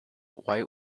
white